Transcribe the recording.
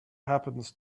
happens